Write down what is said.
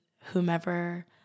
whomever